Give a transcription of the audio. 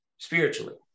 spiritually